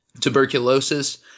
tuberculosis